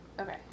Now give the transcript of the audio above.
okay